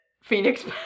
Phoenix